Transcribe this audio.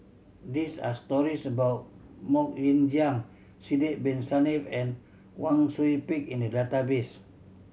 this are stories about Mok Ying Jang Sidek Bin Saniff and Wang Sui Pick in the database